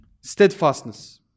Steadfastness